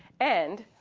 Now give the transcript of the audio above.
and